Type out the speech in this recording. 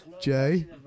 Jay